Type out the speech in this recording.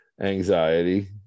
anxiety